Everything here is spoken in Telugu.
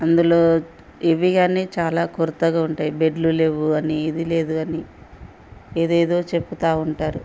అందులో ఇవి గానీ చాలా కొరతగా ఉంటాయి బెడ్లు లేవు అని ఇది లేదు అని ఏదేదో చెప్తూ ఉంటారు